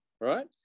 right